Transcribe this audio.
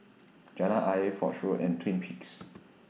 Jalan Ayer Foch Road and Twin Peaks